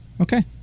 Okay